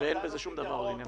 ואין בזה שום דבר לעניין כשרות.